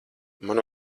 man